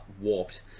warped